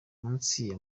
iminsi